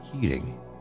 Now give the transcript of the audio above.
heating